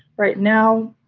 right now,